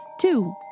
Two